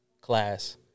class